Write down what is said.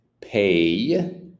pay